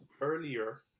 earlier